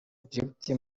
djibouti